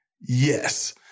Yes